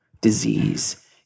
disease